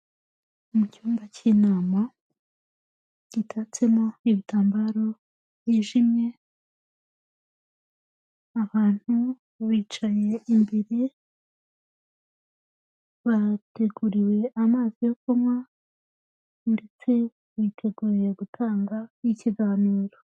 Mu cyumba cy'inama gitatsemo ibitambaro byijimye, abantu bicaye imbere bateguriwe amazi yo kunywa ndetse biteguye gutanga ikiganiro.